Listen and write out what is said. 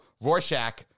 Rorschach